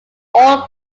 all